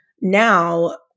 now